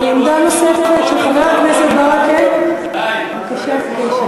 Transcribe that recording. חבר הכנסת ברכה, בבקשה.